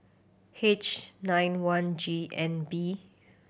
H nine one G N B